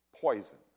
poison